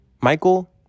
Michael